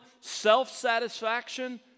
self-satisfaction